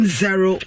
zero